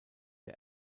der